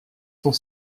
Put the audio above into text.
sont